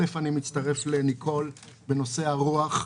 ראשית, אני מצטרף לניקול בנושא הרוח.